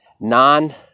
non